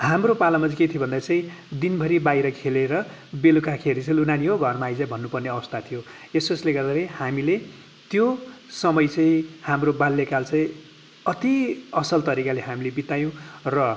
हाम्रो पालामा चाहिँ के थियो भन्दाखेरि चाहिँ दिनभरि बाहिर खेलेर बेलुकाखेरि चाहिँ लु नानी हो घरमा आइज भन्नुपर्ने अवस्था थियो यसउसले गर्दाखरि हामीले त्यो समय चाहिँ हाम्रो बाल्यकाल चाहिँ अति असल तरिकाले हामीले बितायौँ र